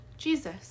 Jesus